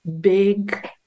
big